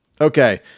Okay